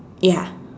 ya